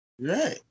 Right